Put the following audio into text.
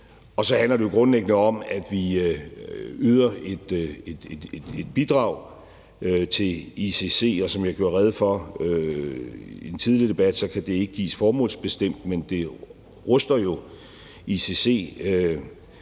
og så handler det jo grundlæggende om, at vi yder et bidrag til ICC. Som jeg gjorde rede for i den tidligere debat, kan det ikke gives formålsbestemt, men det ruster jo ICC